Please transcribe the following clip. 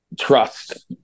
trust